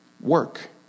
Work